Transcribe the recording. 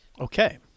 Okay